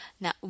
Now